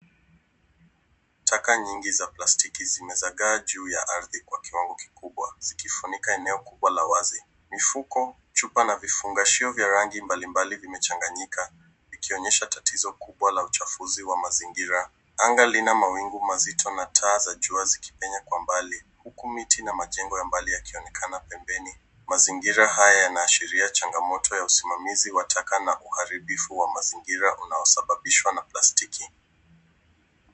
Taka nyingi za plastiki zimezagaa juu ya ardhi kwa kiwango kikubwa, zikifunika eneo kubwa la wazi. Mifuko, chupa na vifungashio vya rangi mbalimbali vimechanganyika, vikionyesha tatizo kubwa la uchafuzi wa mazingira. Anga lina mawingu mazito na taa za jua zikipenya kwa mbali, huku miti na majengo ya mbali yakionekana pembeni. Mazingira haya yanaashiria changamoto ya usimamizi wa taka na uharibifu wa mazingira unaosababishwa na plastiki.